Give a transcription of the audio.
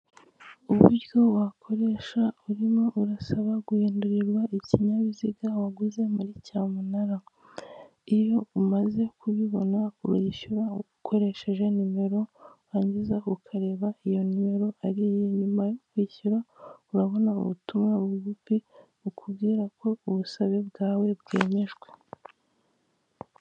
Uburyo wakoresha urimo urasaba guhindurirwa ikinyabiziga waguze muri cyamunara, iyo umaze kubibona urishyura ukoresheje nimero warangiza ukareba iyo nimero ari iyi nyuma wishyura urabona ubutumwa bugufi bukubwira ko ubusabe bwawe bwemejwe